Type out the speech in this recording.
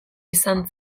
izan